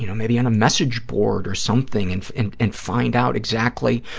you know maybe on a message board or something and and and find out exactly,